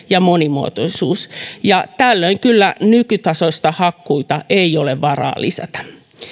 ja monimuotoisuus tällöin kyllä nykytasoisia hakkuita ei ole varaa lisätä